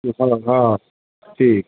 हाँ ठीक है